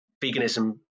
veganism